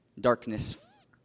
darkness